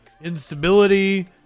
instability